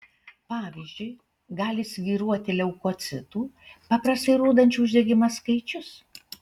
pavyzdžiui gali svyruoti leukocitų paprastai rodančių uždegimą skaičius